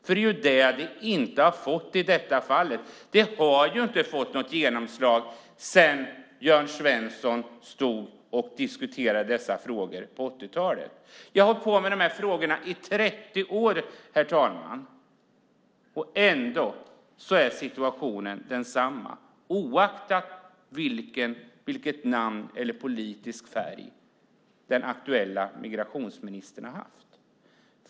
Det har nämligen inte fått något genomslag i detta fall sedan Jörn Svensson stod och diskuterade dessa frågor på 80-talet. Herr talman! Jag har hållit på med dessa frågor i 30 år, och ändå är situationen densamma, oavsett vilket namn eller vilken politisk färg som den aktuella migrationsministern har haft.